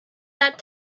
that